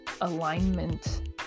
alignment